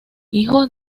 hijo